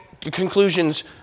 conclusions